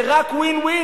זה רק מנצח,